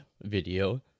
video